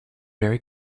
very